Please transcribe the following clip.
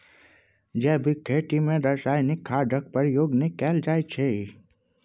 जैबिक खेती मे रासायनिक खादक प्रयोग नहि कएल जाइ छै